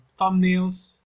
thumbnails